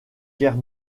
guerre